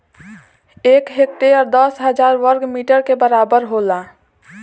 एक हेक्टेयर दस हजार वर्ग मीटर के बराबर होला